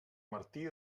martí